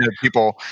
people